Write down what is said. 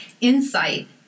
insight